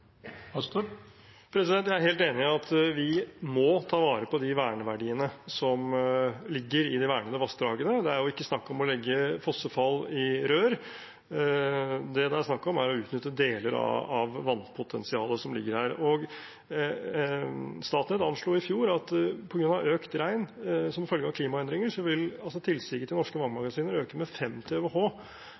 Jeg er helt enig i at vi må ta vare på de verneverdiene som ligger i de vernede vassdragene. Det er jo ikke snakk om å legge fossefall i rør. Det det er snakk om, er å utnytte deler av vannpotensialet som ligger her. Statnett anslo i fjor at på grunn av økt regn som følge av klimaendringer vil tilsiget til norske vannmagasiner øke med